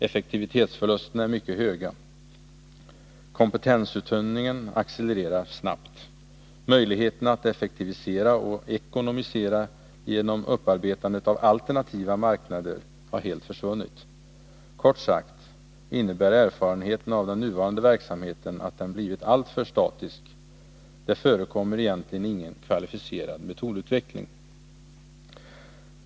Effektivitetsförlusterna är mycket höga. Kompetensuttunningen accelererar snabbt. Möjligheterna att effektivisera och ekonomisera genom upparbetandet av alternativa marknader har helt försvunnit. Kort sagt innebär erfarenheterna av den nuvarande verksamheten att den blivit alltför statisk — det förekommer egentligen ingen kvalificerad metodutveckling.